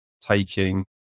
taking